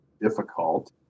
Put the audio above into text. difficult